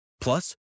Plus